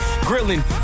Grilling